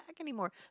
anymore